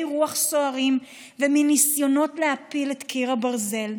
רוח סוערים ומניסיונות להפיל את קיר הברזל.